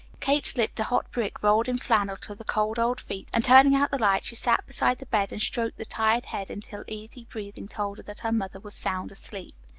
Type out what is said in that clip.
kate slipped a hot brick rolled in flannel to the cold old feet, and turning out the light she sat beside the bed and stroked the tired head until easy breathing told her that her mother was sound asleep.